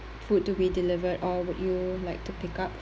food to be delivered or would you like to pick up